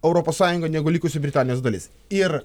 europos sąjungą negu likusi britanijos dalis ir